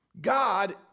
God